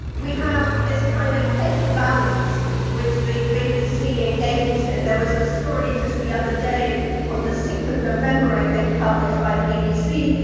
we have this kind of fake balance which the bbc engages in. there was a story just the other day on the sixth of november, i think published by the bbc,